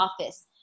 office